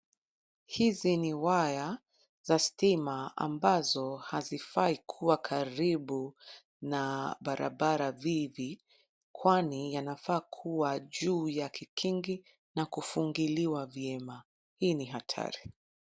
Hizi ni waya za stima ambazo hazifai kuwa karibu na barabara vivi kwani yanafaa kuwa juu ya kikingi na kufungiliwa vyema. Hii ni hatari.